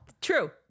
True